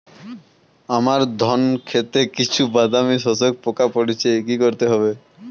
আমার ধন খেতে কিছু বাদামী শোষক পোকা পড়েছে কি করতে হবে?